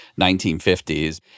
1950s